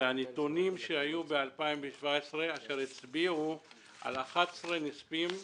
הם הנתונים שהיו ב-2017 אשר הצביעו על 11 נספים,